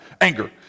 anger